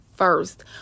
first